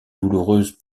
douloureuse